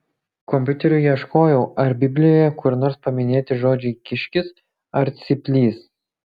kompiuteriu ieškojau ar biblijoje kur nors paminėti žodžiai kiškis ar cyplys